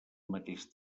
mateix